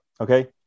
Okay